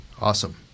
awesome